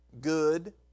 good